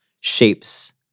shapes